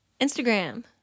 Instagram